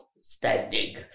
standing